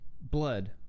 Blood